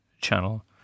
Channel